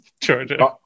georgia